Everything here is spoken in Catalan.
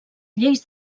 lleis